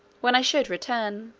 when i should return